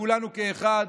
כולנו כאחד,